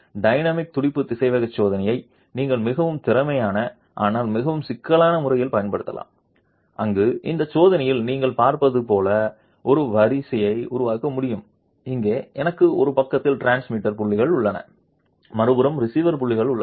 dynamic துடிப்பு திசைவேக சோதனையை நீங்கள் மிகவும் திறமையான ஆனால் மிகவும் சிக்கலான முறையில் பயன்படுத்தலாம் அங்கு இந்த சோதனையில் நீங்கள் பார்ப்பது போல் ஒரு வரிசையை உருவாக்க முடியும் இங்கே எனக்கு ஒரு பக்கத்தில் டிரான்ஸ்மிட்டர் புள்ளிகள் உள்ளன மறுபுறம் ரிசீவர் புள்ளிகள் உள்ளன